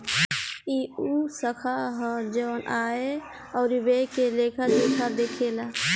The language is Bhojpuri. ई उ शाखा ह जवन आय अउरी व्यय के लेखा जोखा देखेला